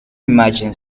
imagine